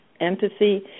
empathy